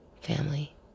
family